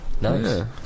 nice